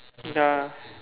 ya